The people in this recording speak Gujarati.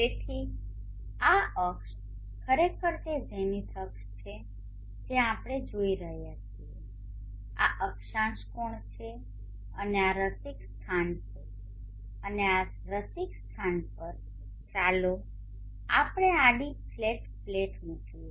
તેથી આ અક્ષ ખરેખર તે ઝેનિથ અક્ષ છે જે આપણે જોઈ રહ્યા છીએ આ અક્ષાંશ કોણ છે અને આ રસિક સ્થાન છે અને રસિક સ્થાન પર ચાલો આપણે આડી ફ્લેટ પ્લેટ મૂકીએ